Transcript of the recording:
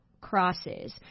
crosses